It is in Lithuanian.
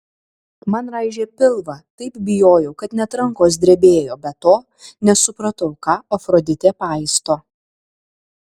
man raižė pilvą taip bijojau kad net rankos drebėjo be to nesupratau ką afroditė paisto